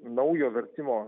naujo vertimo